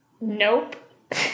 Nope